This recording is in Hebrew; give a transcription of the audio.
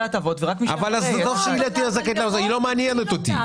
אם היא תרצה להיכנס, היא לא תהיה זכאית להטבות.